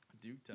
Duke